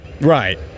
Right